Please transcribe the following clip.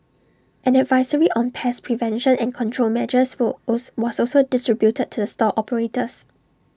an advisory on pest prevention and control measures will was also distributed to the store operators